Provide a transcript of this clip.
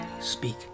Speak